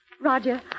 Roger